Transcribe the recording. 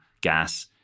gas